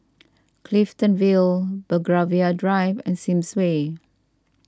Clifton Vale Belgravia Drive and Sims Way